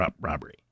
robbery